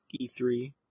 E3